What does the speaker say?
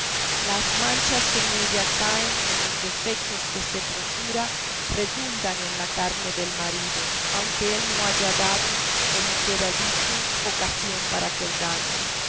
las manchas que en ella caen o los defectos que se procura redundan en la carne del marido aunque él no haya dado como queda dicho ocasión para aquel daño